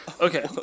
Okay